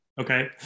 Okay